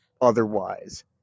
otherwise